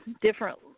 different